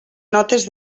notes